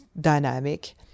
dynamic